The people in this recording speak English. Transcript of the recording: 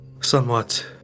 somewhat